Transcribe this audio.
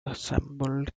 assembled